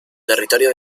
territorio